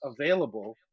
available